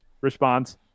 Response